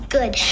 Good